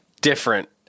different